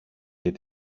και